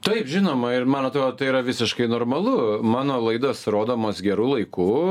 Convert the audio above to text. taip žinoma ir man atrodo tai yra visiškai normalu mano laidos rodomas geru laiku